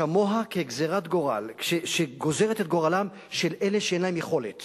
כמוה כגזירת גורל שגוזרת את גורלם של אלה שאין להם יכולת